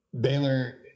Baylor